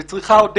זאת צריכה עודפת.